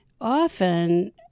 Often